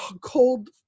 cold